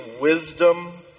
wisdom